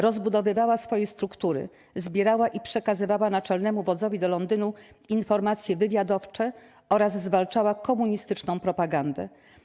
Rozbudowywała swoje struktury, zbierała i przekazywała Naczelnemu Wodzowi do Londynu informacje wywiadowcze oraz zwalczała komunistyczną propagandę.